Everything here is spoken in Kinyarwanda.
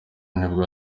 nibwo